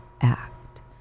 Act